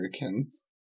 Americans